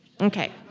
Okay